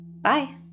Bye